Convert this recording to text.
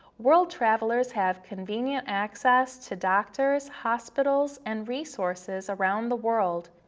world travelers have convenient access to doctors, hospitals and resources around the world.